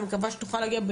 אני מקווה שתוכל להגיע,